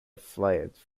fled